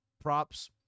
props